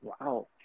wow